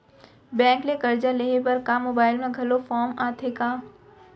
Bank ले करजा लेहे बर का मोबाइल म घलो फार्म आथे का?